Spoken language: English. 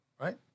Right